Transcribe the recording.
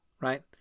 right